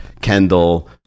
Kendall